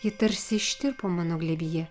ji tarsi ištirpo mano glėbyje